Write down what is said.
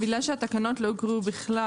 בגלל שהתקנות לא הוקראו בכלל,